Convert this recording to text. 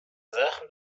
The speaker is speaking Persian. زخم